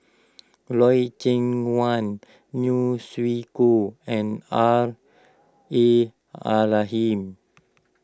Loy Chye Wan Neo Chwee Kok and R A